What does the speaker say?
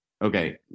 Okay